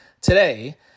today